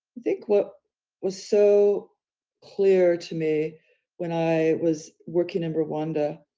think what was so clear to me when i was working in rwanda,